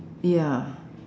ya